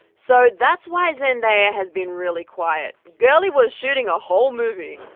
so that's why zendaya has been really quiet, girly was shooting a whole movie.